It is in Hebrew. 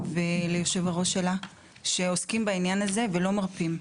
וליו"ר שלה שעוסקים בעניין הזה ולא מרפים.